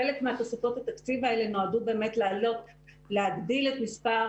חלק מתוספות התקציב האלה נועדו באמת להגדיל את מספר